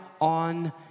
on